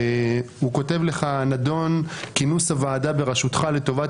הוא כותב לך הנדון: כינוס הוועדה בראשותך לטובת